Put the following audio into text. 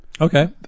Okay